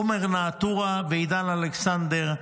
עומר נאוטרה ועידן אלכסנדר,